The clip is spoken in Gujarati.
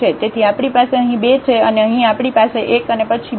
તેથી આપણી પાસે અહીં 2 છે અને અહીં આપણી પાસે 1 અને પછી 2 છે